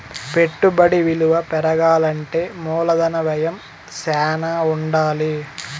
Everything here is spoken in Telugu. పెట్టుబడి విలువ పెరగాలంటే మూలధన వ్యయం శ్యానా ఉండాలి